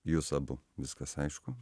jūs abu viskas aišku